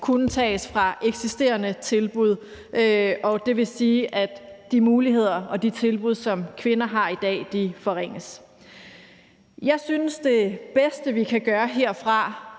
kunne tages fra eksisterende tilbud, og det vil sige, at de muligheder og de tilbud, som kvinder har i dag, forringes. Jeg synes, det bedste, vi kan gøre herfra